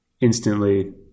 instantly